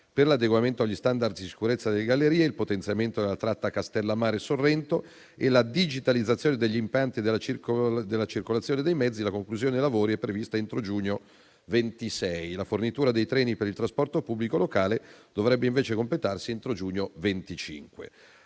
per l'adeguamento agli *standard* di sicurezza delle gallerie, il potenziamento della tratta Castellammare-Sorrento e la digitalizzazione degli impianti della circolazione dei mezzi, la conclusione dei lavori è prevista entro giugno 2026. La fornitura dei treni per il trasporto pubblico locale dovrebbe invece completarsi entro giugno 2025.